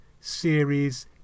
Series